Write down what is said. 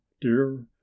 dear